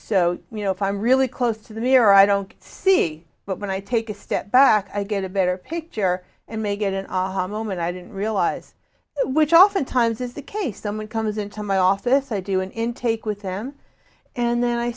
so you know if i'm really close to the mirror i don't see but when i take a step back i get a better picture and they get an aha moment i didn't realize which oftentimes is the case someone comes into my office i do an intake with them and then i